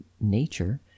nature